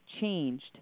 changed